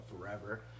forever